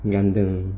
gundam